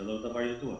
זה לא דבר ידוע,